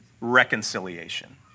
reconciliation